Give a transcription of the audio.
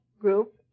group